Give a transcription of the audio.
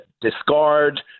discard